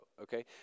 okay